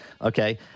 okay